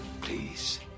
please